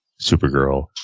Supergirl